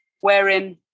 wherein